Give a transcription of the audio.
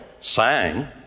sang